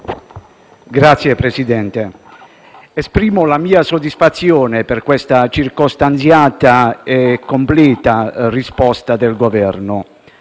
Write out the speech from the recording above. Signor Presidente, esprimo la mia soddisfazione per questa circostanziata e completa risposta del Governo.